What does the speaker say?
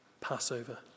Passover